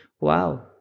wow